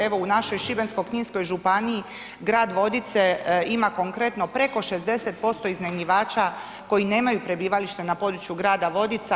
Evo u našoj Šibensko-kninskoj županiji grad Vodice ima konkretno preko 60% iznajmljivača koji nemaju prebivalište na području grada Vodica.